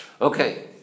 Okay